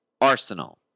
Arsenal